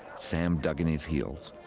sam dug in his heels.